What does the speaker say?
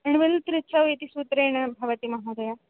ण्वुल्तृचौ इति सूत्रेण भवति महोदय